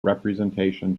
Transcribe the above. representation